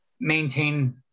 maintain